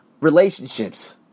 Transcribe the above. relationships